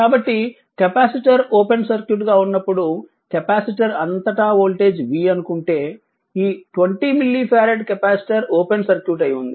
కాబట్టి capacitor open సర్క్యూట్గా ఉన్నప్పుడు కెపాసిటర్ అంతటా వోల్టేజ్ v అనుకుంటే ఈ 20 milli farad capacitor open circuit అయి ఉంది